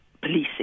policing